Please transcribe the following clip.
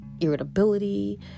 irritability